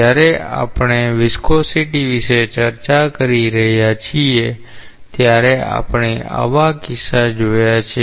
જ્યારે આપણે સ્નિગ્ધતા વિશે ચર્ચા કરી રહ્યા છીએ ત્યારે આપણે આવા કિસ્સા જોયા છે